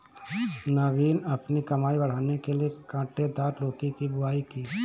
नवीन अपनी कमाई बढ़ाने के लिए कांटेदार लौकी की बुवाई की